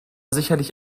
sicherlich